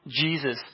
Jesus